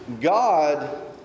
God